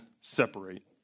separate